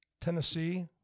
Tennessee